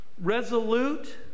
resolute